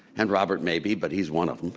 and robert may be but he's one of